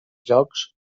jocs